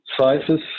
sizes